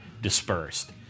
dispersed